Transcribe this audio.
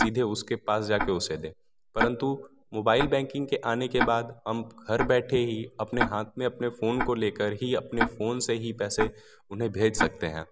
सीधे उसके पास जाके उसे दे परन्तु मोबाईल बैंकिंग के आने के बाद हम घर बैठे ही अपने हाथ में अपने फ़ोन को लेकर ही अपने फ़ोन से ही पैसे उन्हें भेज सकते हैं